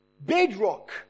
bedrock